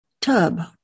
tub